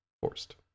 forced